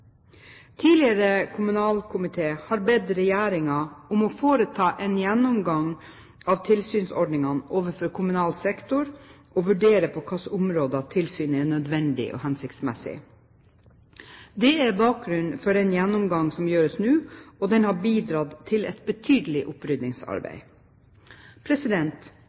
Tidligere kommunalkomité har bedt regjeringen om å foreta en gjennomgang av tilsynsordningen overfor kommunal sektor og vurdere på hvilket område tilsyn er nødvendig og hensiktsmessig. Dette er bakgrunnen for den gjennomgang som gjøres nå, og den har bidratt til et betydelig